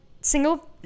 single